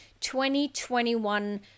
2021